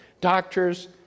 doctors